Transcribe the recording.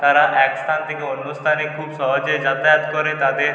তারা এক স্থান থেকে অন্য স্থানে খুব সহজে যাতায়াত করে তাদের